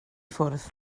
ffwrdd